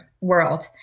world